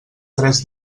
tres